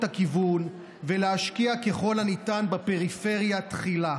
הכיוון ולהשקיע ככל הניתן בפריפריה תחילה,